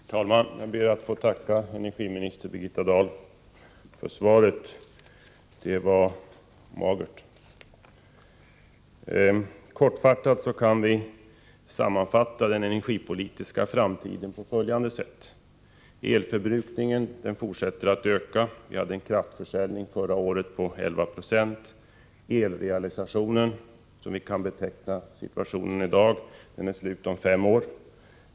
Herr talman! Jag ber att få tacka energiminister Birgitta Dahl för svaret. Det var magert. Kortfattat kan vi sammanfatta den energipolitiska framtiden på följande sätt: —- Elförbrukningen fortsätter att öka. Förra året ökade kraftförsäljningen med 1196. — Elrealisationen — så kan vi ju beteckna dagens situation — är slut om fem år.